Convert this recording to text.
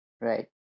Right